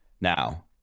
now